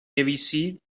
نویسید